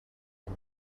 and